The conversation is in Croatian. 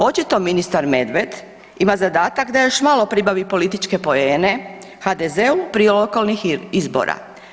Očito ministar Medved ima zadatak da još malo pribavi političke poene HDZ-u prije lokalnih izbora.